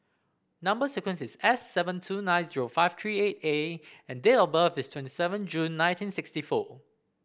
number sequence is S seven two nine zero five three eight A and date of birth is twenty seven June nineteen sixty four